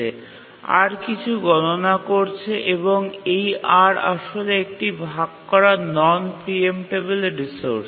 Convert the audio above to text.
R কিছু গণনা করছে এবং এই R আসলে একটি ভাগ করা নন প্রিএমটেবিল রিসোর্স